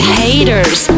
haters